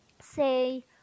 say